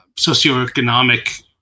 socioeconomic